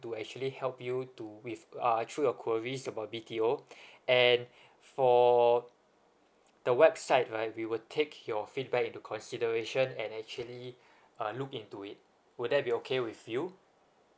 to actually help you to with uh through your queries about B_T_O and for the website right we will take your feedback into consideration and actually uh look into it would that be okay with you